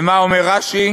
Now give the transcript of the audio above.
ומה אומר רש"י?